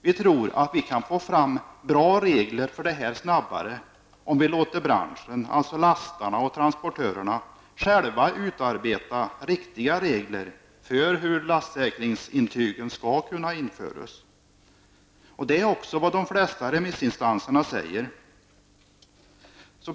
Vi tror att vi kan få fram bra regler snabbare om vi låter branschen -- alltså lastarna och transportörerna -- själva utarbeta riktiga regler för hur lastsäkringsintyg skall kunna införas. Det är också vad de flesta remissinstanserna vill.